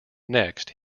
next